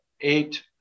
eight